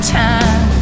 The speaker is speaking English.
time